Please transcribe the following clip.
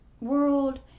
world